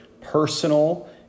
personal